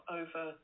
over